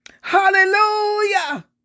Hallelujah